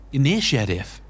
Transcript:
initiative